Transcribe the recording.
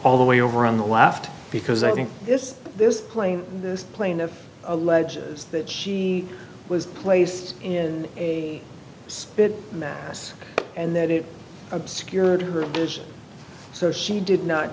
all the way over on the left because i think this this plane this plane alleges that she was placed in a spin mass and that it obscured her condition so she did not